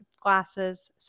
Glasses